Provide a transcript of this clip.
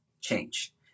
change